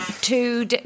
two